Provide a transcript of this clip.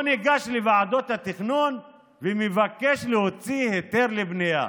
הוא ניגש לוועדות התכנון ומבקש להוציא היתר לבנייה.